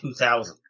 2000